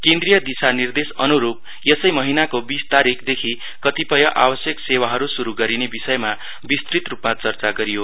केन्द्रिय दिशानिर्देस अनुरूप यसै महिनाको बीस तारिकदेखि कतिपय आवश्यक सेवाहरू शुरू गरिने विषयमा विस्तृत रूपमा चर्चा गरियो